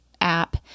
app